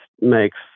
makes